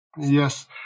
Yes